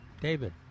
David